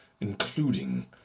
including